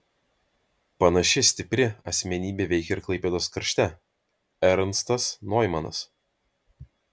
panaši stipri asmenybė veikė ir klaipėdos krašte ernstas noimanas